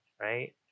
right